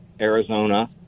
Arizona